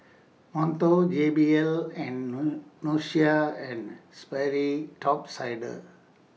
Monto J B L and Nautica and Sperry Top Sider